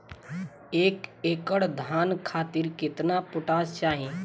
एक एकड़ धान खातिर केतना पोटाश चाही?